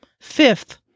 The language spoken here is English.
Fifth